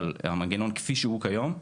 אבל המנגנון כפי שהוא כיום,